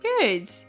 Good